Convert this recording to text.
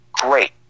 great